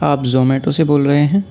آپ زومیٹو سے بول رہے ہیں